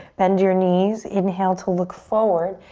bend your knees. inhale to look forward.